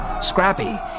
Scrappy